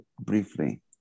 briefly